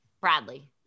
Bradley